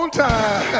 time